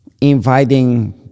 inviting